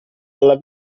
alla